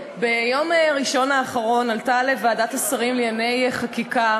ביום ראשון האחרון עלתה לוועדת השרים לענייני חקיקה